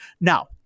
Now